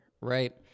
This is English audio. right